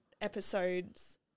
episodes